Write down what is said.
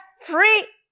free